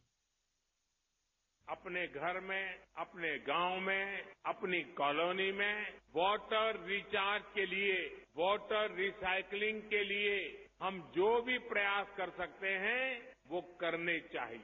bite अपने घर में अपने गांव में अपनी कॉलोनी में वाटर रिचार्ज के लिए वाटर रिसाइक्लींग के लिए हम जो भी प्रयास कर सकते हैं वो करने चाहिए